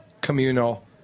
communal